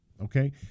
Okay